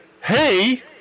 hey